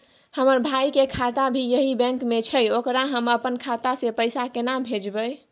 हमर भाई के खाता भी यही बैंक में छै ओकरा हम अपन खाता से पैसा केना भेजबै?